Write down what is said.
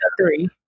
three